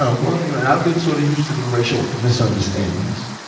ah well. you know and i'd been sort of used to the racial misunderstandings.